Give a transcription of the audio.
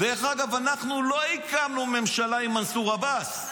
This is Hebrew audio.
דרך אגב, אנחנו לא הקמנו ממשלה עם מנסור עבאס,